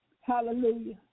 Hallelujah